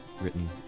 written